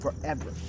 forever